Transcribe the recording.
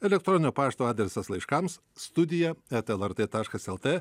elektroninio pašto adresas laiškams studija eta lrt taškas lt